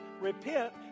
repent